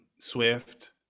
Swift